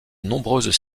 nombreuses